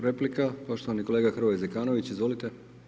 Replika, poštovani kolega Hrvoje Zekanović, izvolite.